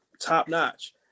top-notch